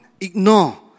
ignore